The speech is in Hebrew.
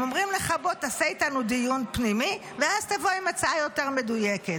הם אומרים לך: בוא תעשה איתנו דיון פנימי ואז תבוא עם הצעה יותר מדויקת.